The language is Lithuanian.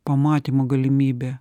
pamatymo galimybė